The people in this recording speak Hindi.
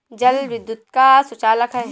जल विद्युत का सुचालक है